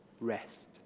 rest